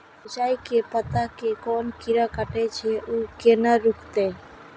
मिरचाय के पत्ता के कोन कीरा कटे छे ऊ केना रुकते?